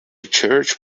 church